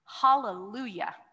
Hallelujah